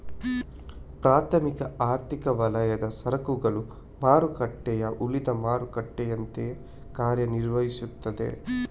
ಪ್ರಾಥಮಿಕ ಆರ್ಥಿಕ ವಲಯದ ಸರಕುಗಳ ಮಾರುಕಟ್ಟೆಯು ಉಳಿದ ಮಾರುಕಟ್ಟೆಯಂತೆಯೇ ಕಾರ್ಯ ನಿರ್ವಹಿಸ್ತದೆ